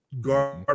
guard